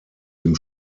dem